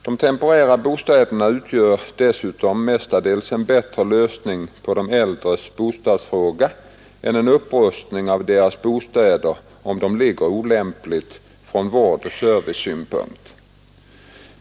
De temporära bostäderna utgör dessutom mestadels en bättre lösning på dessa äldres bostadsfråga än en upprustning av deras bostäder om de ligger olämpligt från värdoch servicesynpunkt.